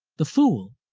the fool,